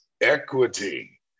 equity